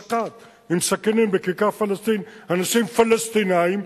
שחט בסכינים בכיכר-פלסטין אנשים פלסטינים,